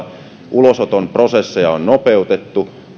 ulosoton prosesseja nopeutetaan